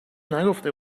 نگفته